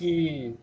கீழ்